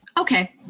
Okay